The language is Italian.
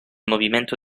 movimento